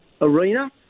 arena